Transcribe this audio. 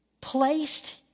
placed